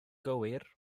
gywir